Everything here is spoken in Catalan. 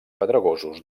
pedregosos